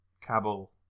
Kabul